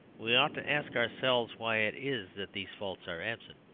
we ought to ask ourselves why it is that these faults are absent.